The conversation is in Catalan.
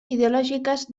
ideològiques